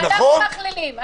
ואנחנו מכלילים.